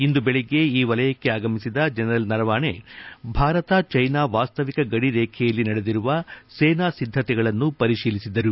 ಇಂದು ಬೆಳಗ್ಗೆ ಈ ವಲಯಕ್ಕೆ ಆಗಮಿಸಿದ ಜನರಲ್ ನರವಣೆ ಭಾರತ ಚೀನಾ ವಾಸ್ತವಿಕ ಗಡಿ ರೇಖೆಯಲ್ಲಿ ನಡೆದಿರುವ ಸೇನಾ ಸಿದ್ದತೆಗಳನ್ನು ಪರಿಶೀಲಿಸಿದರು